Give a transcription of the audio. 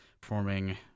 performing